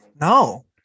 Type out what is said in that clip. No